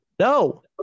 No